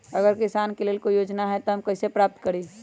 अगर किसान के लेल कोई योजना है त हम कईसे प्राप्त करी?